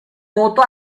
noto